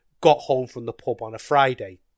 got-home-from-the-pub-on-a-Friday